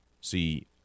See